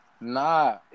Nah